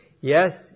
Yes